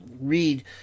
read